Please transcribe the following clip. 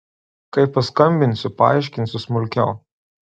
kai paskambinsiu paaiškinsiu smulkiau